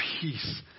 peace